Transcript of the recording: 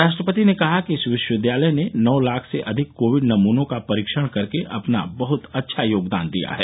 राष्ट्रपति ने कहा कि इस विश्वविद्यालय ने नौ लाख से अधिक कोविड नमूनों का परीक्षण करके अपना बहत अच्छा योगदान दिया है